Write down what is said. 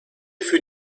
für